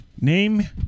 name